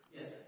Yes